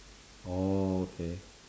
orh okay